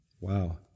Wow